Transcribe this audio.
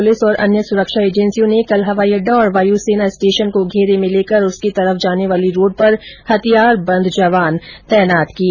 police और अन्य सुरक्षा एजेंसियों ने कल हवाई अड्डा और वायुसेना स्टेशन को घेरे में लेकर उसकी तरफ जाने वाली रोड पर हथियारबंद जवान तैनात किए